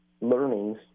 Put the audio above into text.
learnings